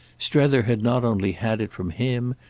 strether had not only had it from him,